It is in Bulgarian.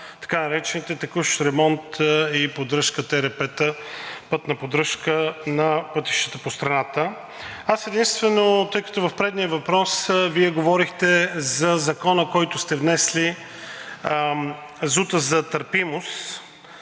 така наречените текущ ремонт и поддръжка – ТРП-та „Пътна поддръжка“, на пътищата в страната. Аз единствено, тъй като в предния въпрос Вие говорихте за Закона, който сте внесли – ЗУТ-а за търпимост,